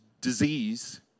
disease